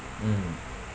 mm